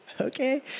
okay